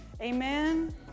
Amen